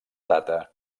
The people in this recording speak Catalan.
data